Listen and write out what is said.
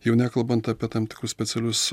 jau nekalbant apie tam tikrus specialius